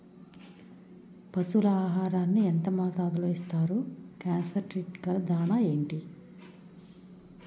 పశువుల ఆహారాన్ని యెంత మోతాదులో ఇస్తారు? కాన్సన్ ట్రీట్ గల దాణ ఏంటి?